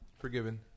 forgiven